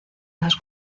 las